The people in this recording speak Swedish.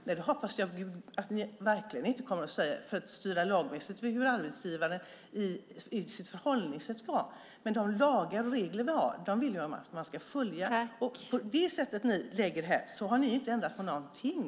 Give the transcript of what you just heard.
Nej, det hoppas jag verkligen att ni inte kommer att säga, för man ska inte styra vilket förhållningssätt en arbetsgivare ska ha. Men de lagar och regler vi har vill jag att man ska följa, och som ni lägger fram det här har ni ju inte ändrat på någonting!